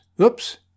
Oops